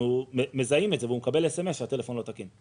אנחנו מזהים את זה והוא מקבל סמס שהטלפון לא תקין.